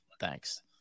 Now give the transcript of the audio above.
Thanks